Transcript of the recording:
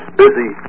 busy